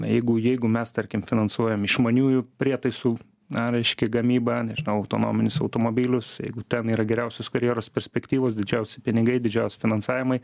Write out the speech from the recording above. jeigu jeigu mes tarkim finansuojam išmaniųjų prietaisų na reiškia gamybą nežinau autonominius automobilius jeigu ten yra geriausios karjeros perspektyvos didžiausi pinigai didžiausi finansavimai